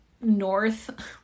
north